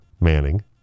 Manning